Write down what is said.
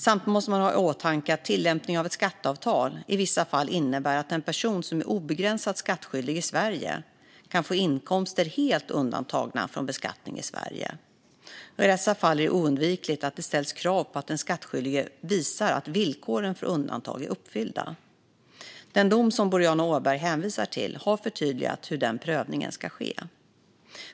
Samtidigt måste man ha i åtanke att tillämpning av ett skatteavtal i vissa fall innebär att en person som är obegränsat skattskyldig i Sverige kan få inkomster helt undantagna från beskattning i Sverige. I dessa fall är det oundvikligt att det ställs krav på att den skattskyldige visar att villkoren för undantag är uppfyllda. Den dom som Boriana Åberg hänvisar till har förtydligat hur den prövningen ska ske.